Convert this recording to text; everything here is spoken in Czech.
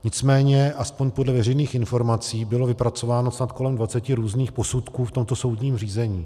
Nicméně, aspoň podle veřejných informací, bylo vypracováno snad kolem dvaceti různých posudků v tomto soudním řízení.